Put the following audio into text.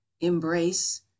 embrace